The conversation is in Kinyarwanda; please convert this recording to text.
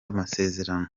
amasezerano